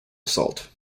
assault